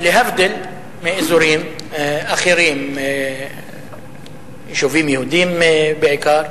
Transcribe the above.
להבדיל מאזורים אחרים, מיישובים יהודיים בעיקר,